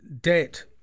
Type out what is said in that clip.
debt